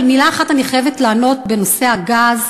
אבל מילה אחת אני חייבת לענות בנושא הגז.